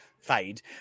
fade